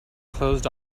closed